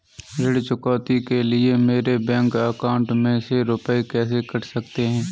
ऋण चुकौती के लिए मेरे बैंक अकाउंट में से रुपए कैसे कट सकते हैं?